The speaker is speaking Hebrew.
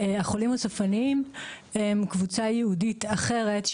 שהחולים הסופניים הם קבוצה ייעודית אחרת,